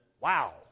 Wow